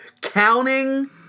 counting